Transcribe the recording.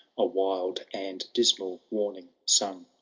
a wild and dismal warning sung.